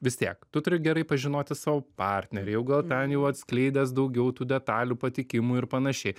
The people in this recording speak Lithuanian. vis tiek tu turi gerai pažinoti savo partnerį jau gal ten jau atskleidęs daugiau tų detalių patikimų ir panašiai